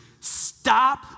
stop